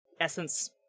Essence